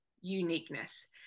uniqueness